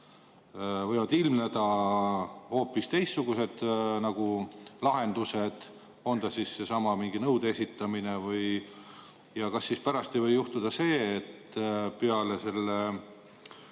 võivad ilmneda hoopis teistsugused lahendused, kas või seesama mingi nõude esitamine. Ja kas siis pärast ei või juhtuda nii, et peale müügi